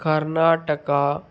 Karnataka